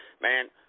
man